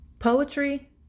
Poetry